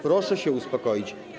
Proszę się uspokoić.